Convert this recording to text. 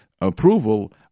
approval